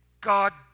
God